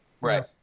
Right